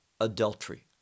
adultery